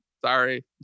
sorry